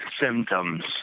symptoms